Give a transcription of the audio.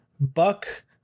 Buck